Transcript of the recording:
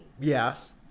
Yes